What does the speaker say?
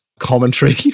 commentary